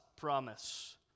promise